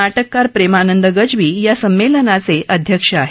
नाटककार प्रेमानंद गज्वी या संमेलनाचे अध्यक्ष आहेत